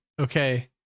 okay